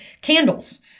candles